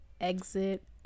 Exit